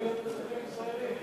הם יכולים להיות אזרחים ישראלים.